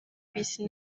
bisi